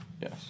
Yes